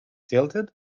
tilted